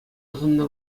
асӑннӑ